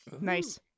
Nice